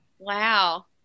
wow